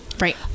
Right